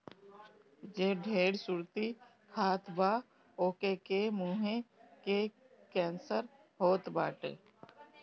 जे ढेर सुरती खात बा ओके के मुंहे के कैंसर होत बाटे